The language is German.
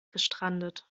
gestrandet